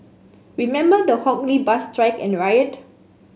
remember the Hock Lee bus strike and riot